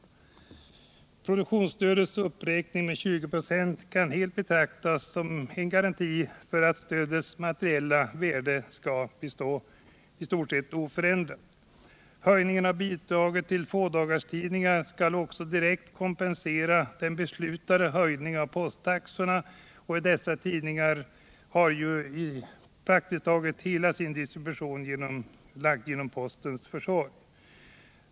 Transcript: Produktionsstödets uppräkning med 20 26 kan helt betraktas som en garanti för att stödets materiella värde skall bestå i stort sett oförändrat. Höjningen av bidraget till fådagarstidningar skall därtill direkt kompensera den beslutade höjningen av posttaxorna, enär dessa tidningar praktiskt taget helt distribueras genom postens försorg.